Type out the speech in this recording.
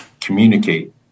communicate